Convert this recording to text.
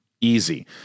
Easy